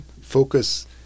focus